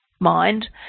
mind